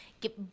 get